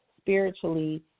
spiritually